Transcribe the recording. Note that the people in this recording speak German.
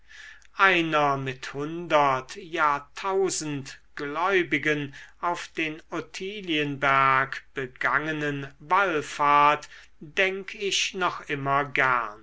einer mit hundert ja tausend gläubigen auf den ottilienberg begangenen wallfahrt denk ich noch immer gern